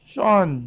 Sean